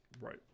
Right